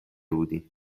بودی